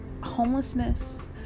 homelessness